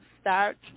start